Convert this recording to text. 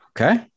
Okay